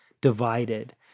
divided